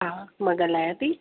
हा मां ॻाल्हायां थी